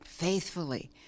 faithfully